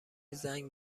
زنگ